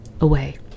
away